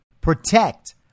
protect